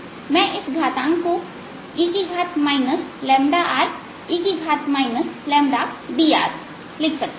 मैं इस घातांक को e Re dRलिख सकता हूं